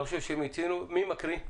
אני חושב שמיצינו, מי מקריא?